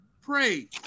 pray